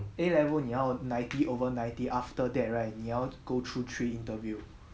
A level 你要 ninety over ninety after that right 你要 go through three interview